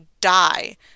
die